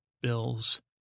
Bill's